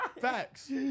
Facts